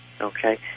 Okay